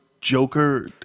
Joker